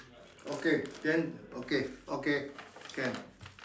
okay then okay okay can